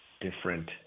different